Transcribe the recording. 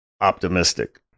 optimistic